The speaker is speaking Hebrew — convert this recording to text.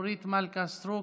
אורית מלכה סטרוק,